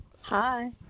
Hi